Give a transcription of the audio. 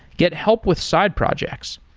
get help with side projects,